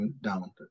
down